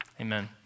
Amen